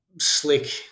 slick